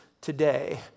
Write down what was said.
today